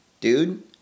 dude